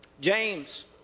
James